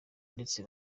ndetse